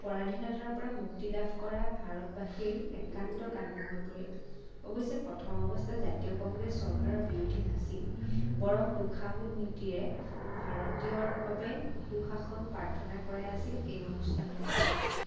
পৰাধীনতাৰ পৰা মুক্তি লাভ কৰা ভাৰতবাসীৰ একান্ত কাম্য হৈ পৰিল অৱশ্যে প্ৰথম অৱস্থাত জাতীয় কংগ্ৰেছ চৰকাৰে বিৰোধী নাছিল বৰং তোষামোদ নীতিয়ে ভাৰতীয়ৰ বাবে সুশাসন প্ৰাৰ্থনা কৰাই আছিল এই অনুষ্ঠানৰ লক্ষ্য